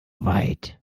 weit